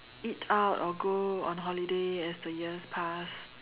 eat out or go on holiday as the years pass